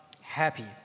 happy